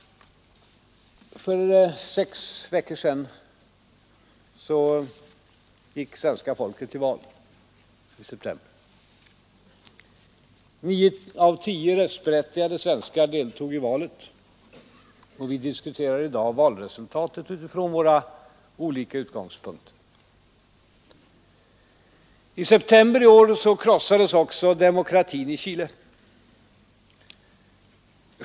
För sex veckor sedan, i september, gick svenska folket till val. Nio av tio röstberättigade svenskar deltog i valet. Vi diskuterar i dag valresultatet utifrån våra olika utgångspunkter. I september i år krossades demokratin i Chile.